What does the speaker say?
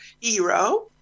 Hero